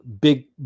big